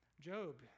Job